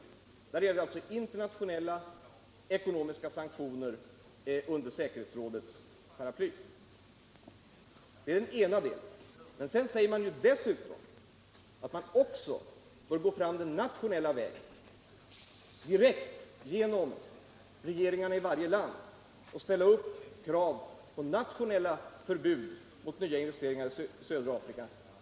Det gäller alltså internationella ekonomiska sanktioner under säkerhetsrådets paraply. - Det är det ena. Dessutom säger FFI att man också bör gå fram den nationella vägen, direkt genom regeringarna i varje land, och ställa krav på nationella förbud mot nya investeringar i södra Afrika.